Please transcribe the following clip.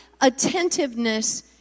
attentiveness